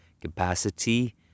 capacity